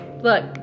Look